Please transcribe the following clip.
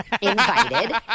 invited